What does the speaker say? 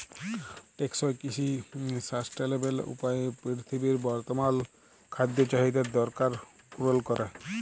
টেকসই কিসি সাসট্যালেবেল উপায়ে পিরথিবীর বর্তমাল খাদ্য চাহিদার দরকার পুরল ক্যরে